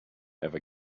ever